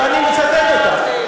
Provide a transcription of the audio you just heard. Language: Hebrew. ואני מצטט אותך,